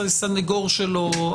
סניגור שלו,